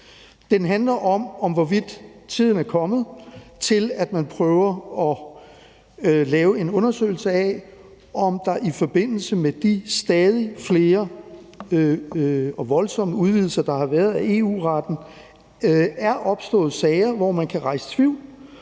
Den handler om, hvorvidt tiden er kommet til, at man prøver at lave en undersøgelse af, om der i forbindelse med de stadig flere og voldsomme udvidelser, der har været af EU-retten, er opstået sager, hvor man kan rejse tvivl